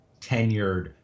tenured